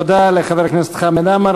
תודה לחבר הכנסת חמד עמאר.